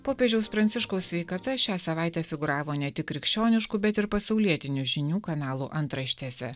popiežiaus pranciškaus sveikata šią savaitę figūravo ne tik krikščioniškų bet ir pasaulietinių žinių kanalų antraštėse